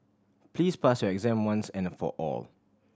please pass your exam once and for all